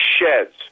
sheds